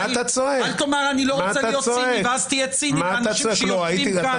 תאמר אני לא רוצה להיות ציני ואז תהיה ציני לאנשים שיושבים כאן מבוקר.